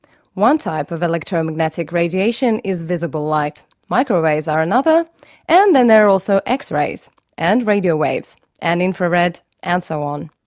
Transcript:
one type of electro-magnetic radiation is visible light microwaves are another and then there are also x-rays and radio waves, and infrared, and so on.